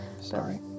Sorry